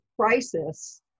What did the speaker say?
crisis